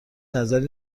نظری